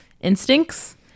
instincts